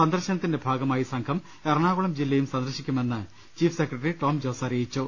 സന്ദർശനത്തിന്റെ ഭാഗ മായി സംഘം എറണാകുളം ജില്ലയും സന്ദർശിക്കുമെന്ന് ചീഫ് സെക്രട്ടറി ടോം ജോസ് അറിയിച്ചു